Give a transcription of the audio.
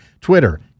Twitter